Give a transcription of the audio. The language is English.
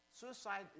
Suicide